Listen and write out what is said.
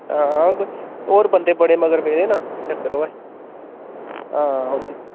हां होर बंदे बड़े मगर पेदे न चक्कर ओह् ऐ